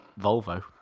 Volvo